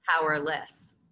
powerless